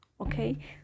okay